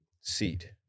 seat